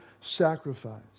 sacrifice